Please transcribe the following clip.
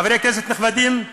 חברי כנסת נכבדים,